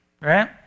right